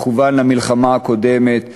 מכוון למלחמה הקודמת,